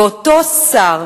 ואותו שר,